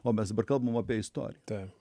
o mes dabar kalbam apie istoriją